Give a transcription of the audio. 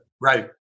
Right